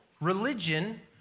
religion